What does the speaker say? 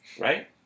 Right